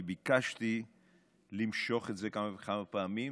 אני ביקשתי למשוך את זה כמה וכמה פעמים,